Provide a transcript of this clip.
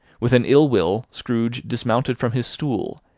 with an ill-will scrooge dismounted from his stool,